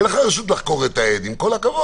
אין לך רשות לחקור את העד, עם כל הכבוד.